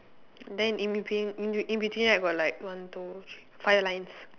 then in between in in between right got like one two three five lines